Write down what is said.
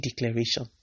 declaration